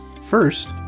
First